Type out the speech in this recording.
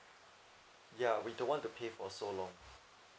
ya we don't want to pay for so long